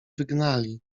wygnali